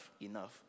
enough